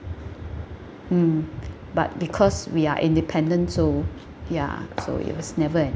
mm but because we are independent so ya so it was never an